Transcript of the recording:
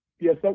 Yes